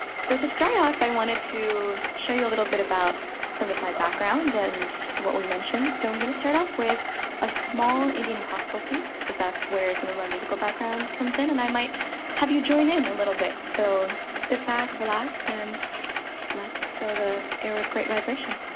so to start off, i wanted to show you a little bit about some of my background and what we mentioned. so i'm gonna start off with a small indian classical piece, because that's where some of my musical background comes in, and i might have you join in a little bit. so sit back, relax, and let's fill the air with great vibration.